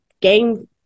game